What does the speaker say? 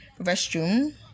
Restroom